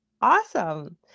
Awesome